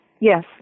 Yes